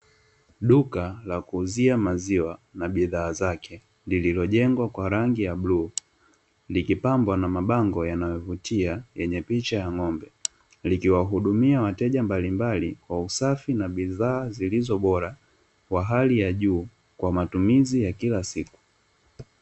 Duka la kuuzia maziwa na bidhaa zake, lililojengwa kwa rangi ya bluu, likipambwa na mabango yanayovutia yeye picha ya ng'ombe, likiwahudumia wateja mbalimbali kwa usafi na bidhaa zilizo bora, kwa hali ya juu, kwa matumizi ya kila siku.